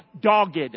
dogged